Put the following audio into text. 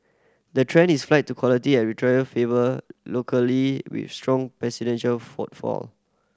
the trend is flight to quality as retailer favour with strong footfall